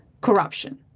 corruption